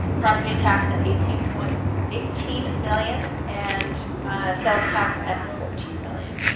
property tax at eighteen point eighteen million and sales tax at fourteen million